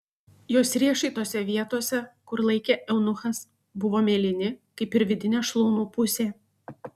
jos riešai tose vietose kur laikė eunuchas buvo mėlyni kaip ir vidinė šlaunų pusė